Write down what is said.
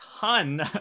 ton